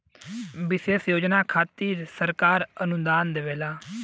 विशेष योजना खातिर सरकार अनुदान देवला